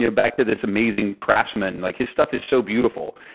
you know back to this amazing craftsman, like his stuff is so beautiful.